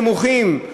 נמוכים,